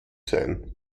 sein